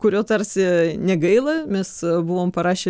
kurio tarsi negaila mes buvom parašę